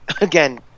Again